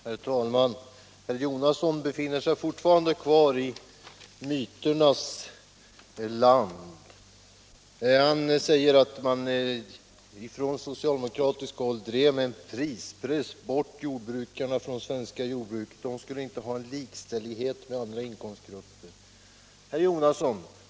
Herr talman! Herr Jonasson befinner sig fortfarande i myternas land. Han säger att man från socialdemokratiskt håll med prispress drev bort jordbrukarna från det svenska jordbruket. De skulle inte ha likställighet med andra inkomstgrupper. Herr Jonasson!